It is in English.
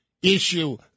Issue